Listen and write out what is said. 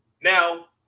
Now